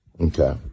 Okay